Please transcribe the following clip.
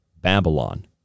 Babylon